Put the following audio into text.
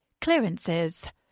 Clearances